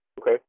Okay